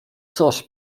coś